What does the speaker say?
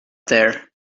there